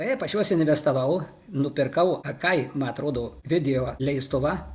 taip aš juos investavau nupirkau akai man atrodo video leistuvą